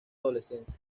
adolescencia